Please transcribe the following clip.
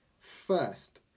First